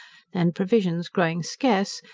and provisions growing scarce,